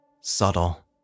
subtle